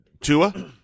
Tua